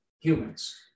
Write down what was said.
humans